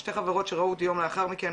שתי חברות שראו אותי יום לאחר מכן,